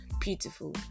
beautiful